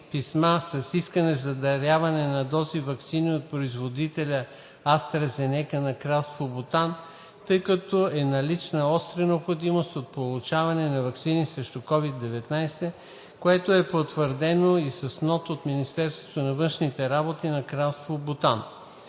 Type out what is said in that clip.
с искане за даряване на дози ваксини от производителя „АстраЗенека“ на Кралство Бутан, тъй като е налична остра необходимост от получаване на ваксини срещу COVID-19, което е потвърдено и с нота от Министерството на външните работи на Кралство Бутан.